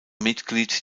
mitglied